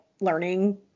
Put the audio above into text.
learning